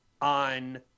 on